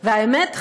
והאמת,